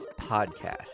podcast